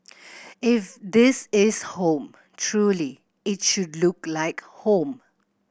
if this is home truly it should look like home